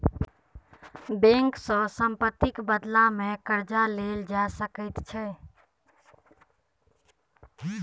bank सँ सम्पत्तिक बदलामे कर्जा लेल जा सकैत छै